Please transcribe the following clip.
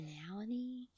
personality